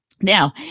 Now